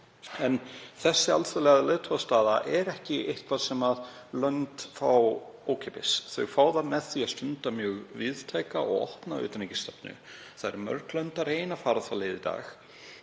En þessi alþjóðlega leiðtogastaða er ekki eitthvað sem lönd fá ókeypis. Þau fá hana með því að stunda mjög víðtæka og opna utanríkisstefnu. Það eru mörg lönd að reyna að fara þá leið í dag